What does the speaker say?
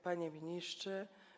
Panie Ministrze!